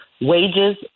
wages